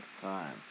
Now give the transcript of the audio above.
time